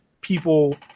people